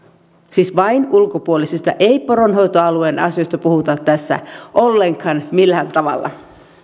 siis vain ulkopuolisista ei poronhoitoalueen asioista puhuta tässä ollenkaan millään tavalla